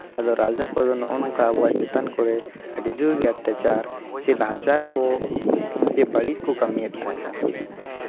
ᱟᱫᱚ ᱨᱟᱡᱟ ᱠᱚᱫᱚ ᱱᱚᱜᱼᱚᱸᱭ ᱱᱚᱝᱠᱟ ᱟᱵᱚ ᱪᱮᱛᱟᱱ ᱠᱚᱨᱮ ᱟᱹᱰᱤ ᱡᱳᱨ ᱜᱮ ᱚᱛᱛᱟᱪᱟᱨ ᱪᱮ ᱱᱟᱦᱟᱪᱟᱨ ᱠᱚ ᱡᱮ ᱵᱟᱹᱲᱤᱡ ᱠᱚ ᱠᱟᱹᱢᱤᱭᱮᱫ ᱛᱟᱦᱮᱸ ᱠᱟᱱᱟ